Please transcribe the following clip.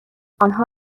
آنها